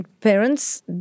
parents